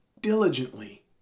diligently